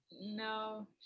no